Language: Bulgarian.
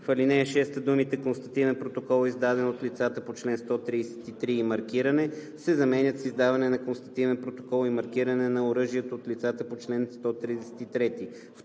В ал. 6 думите „констативен протокол, издаден от лицата по чл. 133 и маркиране“ се заменят с „издаване на констативен протокол и маркиране на оръжието от лицата по чл. 133“.